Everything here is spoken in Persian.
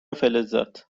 فلزات